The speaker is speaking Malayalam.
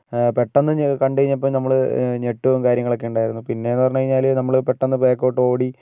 പെട്ടെന്ന് കണ്ടുകഴിഞ്ഞപ്പോൾ നമ്മൾ ഞെട്ടുകയും കാര്യങ്ങളൊക്കേ ഉണ്ടായിരുന്നു പിന്നേയെന്ന് പറഞ്ഞു കഴിഞ്ഞാൽ നമ്മൾ പെട്ടെന്ന് ബെക്കോട്ട് ഓടി